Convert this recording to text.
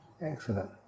Excellent